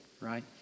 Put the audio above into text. right